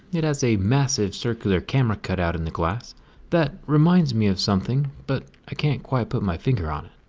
it has a massive circular camera cutout in the glass that reminds me of something, but i can't quite put my finger on it.